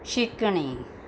शिकणे